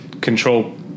control